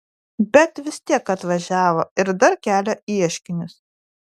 bet vis tiek atvažiavo ir dar kelia ieškinius